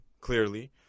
Clearly